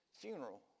funeral